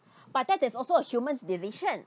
but that is also a human's decision